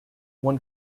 one